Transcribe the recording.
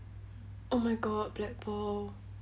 oh my god blackball